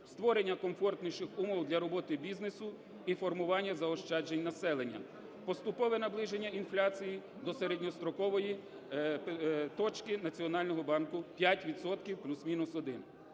створення комфортніших умов для роботи бізнесу і формування заощаджень населення, поступове наближення інфляції до середньострокової точки Національного банку 5 відсотків плюс-мінус 1.